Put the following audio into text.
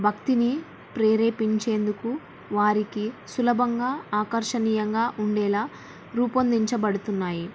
భక్తిని ప్రేరేపించేందుకు వారికి సులభంగా ఆకర్షణీయంగా ఉండేలా రూపొందించబడుతున్నాయి